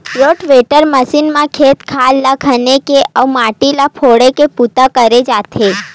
rotavator machine म खेत खार ल खने के अउ माटी ल फोरे के बूता करे जाथे